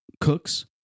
cooks